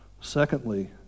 Secondly